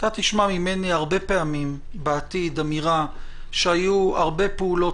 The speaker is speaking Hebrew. אתה תשמע ממני הרבה פעמים בעתיד אמירה שהיו הרבה פעולות